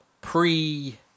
pre